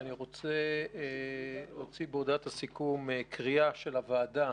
אני רוצה להוציא בהודעת הסיכום קריאה של הוועדה